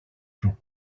σου